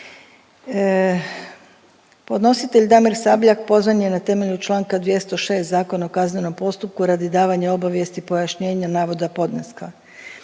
Podnositelj Damir Sabljak pozvan je na temelju članka 206. Zakona o kaznenom postupku radi davanja obavijesti, pojašnjenja navoda podneska.